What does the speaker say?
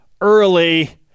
early